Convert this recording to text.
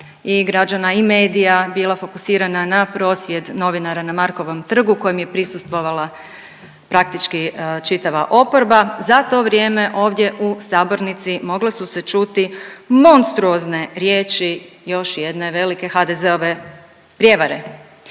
građana i medija bila fokusirana na prosvjed novinara na Markovom trgu kojem je prisustvovala praktički čitava oporba za to vrijeme ovdje u sabornici mogle su se čuti monstruozne riječi još jedne velike HDZ-ove prijevare,